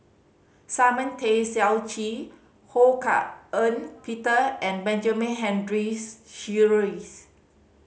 Simon Tay Seong Chee Ho Hak Ean Peter and Benjamin Henries Sheares